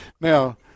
Now